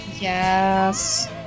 Yes